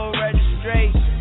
registration